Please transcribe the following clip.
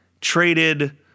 Traded